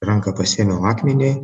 ranką pasiėmiau akmenį